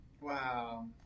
Wow